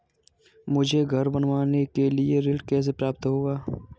मुझे घर बनवाने के लिए ऋण कैसे प्राप्त होगा?